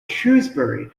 shrewsbury